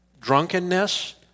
drunkenness